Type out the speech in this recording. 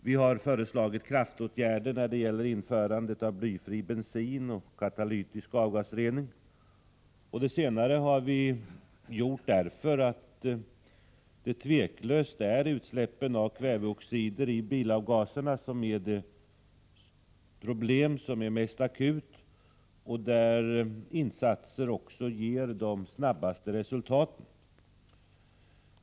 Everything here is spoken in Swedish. Vi har också föreslagit kraftåtgärder när det gäller införandet av blyfri bensin och katalytisk avgasrening. Detta har vi gjort därför att det tveklöst är utsläppen av kväveoxider i bilavgaserna som är det mest akuta problemet och därför att insatser på det området ger de snabbaste resultaten.